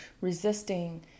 resisting